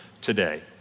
today